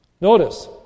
Notice